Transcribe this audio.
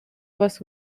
вас